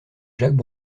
jacques